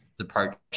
approach